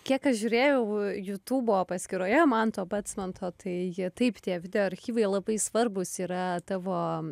kiek aš žiūrėjau jutubo paskyroje manto patsmanto tai taip tie archyvai labai svarbūs yra tavo